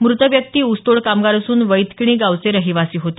मृत व्यक्ती ऊसतोड कामगार असून वैदकिणी गावचे रहिवासी होते